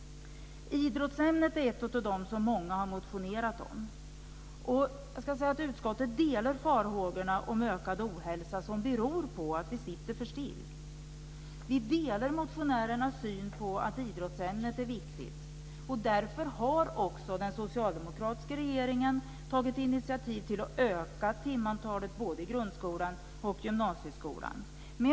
Idrottsämnet är ett av de ämnen som många har motionerat om. Utskottet delar farhågorna om ökad ohälsa som beror på att vi sitter för stilla. Vi delar motionärernas syn på att idrottsämnet är viktigt. Därför har också den socialdemokratiska regeringen tagit initiativ till att öka timantalet både i grundskolan och i gymnasieskolan.